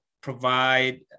provide